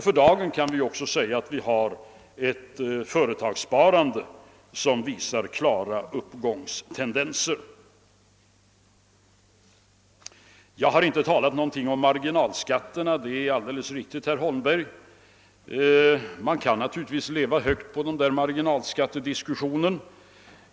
För dagen kan det också sägas att vi har: ett företagssparande som visar klara uppgångstendenser. | Jag har inte sagt någonting om marginalskatterna; det är alldeles riktigt, herr Holmberg. Man kan naturligtvis leva högt på marginalskattediskussionen.